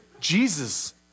Jesus